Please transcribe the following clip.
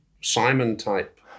Simon-type